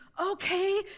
okay